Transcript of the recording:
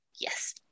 Yes